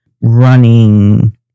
running